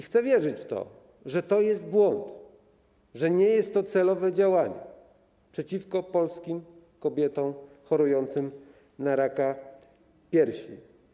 Chcę wierzyć w to, że to jest błąd, że nie jest to celowe działanie przeciwko polskim kobietom chorującym na raka piersi.